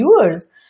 viewers